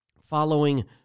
following